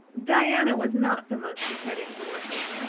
diana was not the most discerning of mortals,